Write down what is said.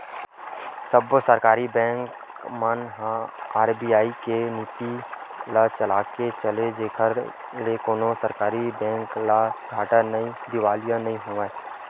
सब्बो सरकारी बेंक मन ह आर.बी.आई के नीति ल मनाके चले जेखर ले कोनो सरकारी बेंक ह घाटा नइते दिवालिया नइ होवय